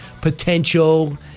potential